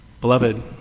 Beloved